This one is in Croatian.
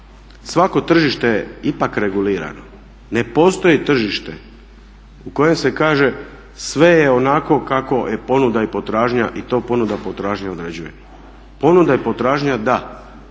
svako tržište je ipak regulirano. Ne postoji tržište u kojem se kaže sve je onako kakva je ponuda i potražnja i to ponuda potražnju određuje. Ponuda i potražnja da